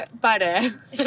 butter